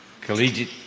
collegiate